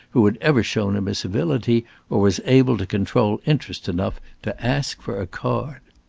who had ever shown him a civility or was able to control interest enough to ask for a card.